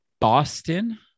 Boston